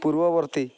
ପୂର୍ବବର୍ତ୍ତୀ